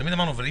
נעלה את